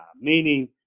meaning